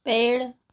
पेड़